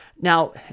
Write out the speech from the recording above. Now